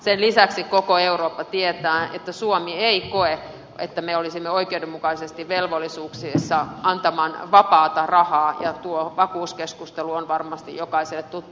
sen lisäksi koko eurooppa tietää että suomi ei koe että me olisimme oikeudenmukaisesti velvollisia antamaan vapaata rahaa ja tuo vakuuskeskustelu on varmasti jokaiselle tuttu